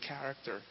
character